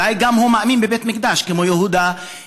אולי הוא מאמין גם בבית מקדש, כמו יהודה גליק.